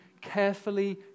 carefully